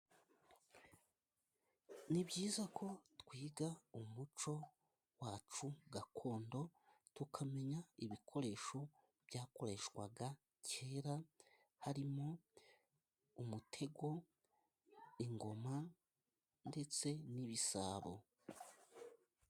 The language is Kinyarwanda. Ni byiza ko twiga umuco wacu gakondo, tukamenya ibikoresho byakoreshwaga kera, harimo umutego, ingoma, ndetse n'ibisabo.